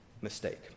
mistake